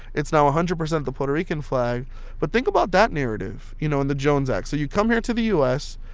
it's now a hundred percent the puerto rican flag but think about that narrative, you know, and the jones act. so you come here to the u s.